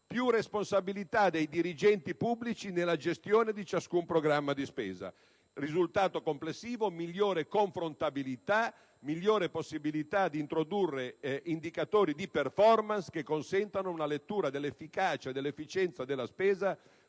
più responsabilità dei dirigenti pubblici nella gestione di ciascun programma di spesa. Il risultato complessivo sarà una migliore confrontabilità e una maggiore possibilità di introdurre indicatori di *performance* che consentano una lettura dell'efficacia e dell'efficienza della spesa,